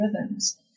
rhythms